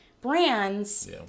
brands